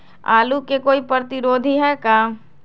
आलू के कोई प्रतिरोधी है का?